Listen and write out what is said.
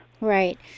Right